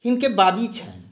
हिनकर बाबी छनि